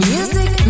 Music